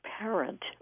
parent